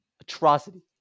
atrocity